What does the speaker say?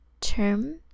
term